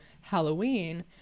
halloween